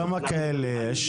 כמה כאלה יש?